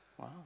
Wow